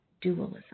dualism